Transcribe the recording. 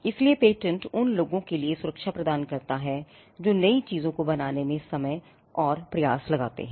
इसलिए पेटेंट उन लोगों के लिए सुरक्षा प्रदान करता है जो नई चीजों को बनाने में समय और प्रयास लगाते हैं